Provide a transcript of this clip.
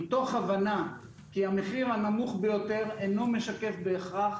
מתוך הבנה כי המחיר הנמוך ביותר אינו משקף בהכרח